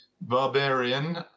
barbarian